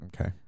Okay